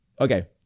Okay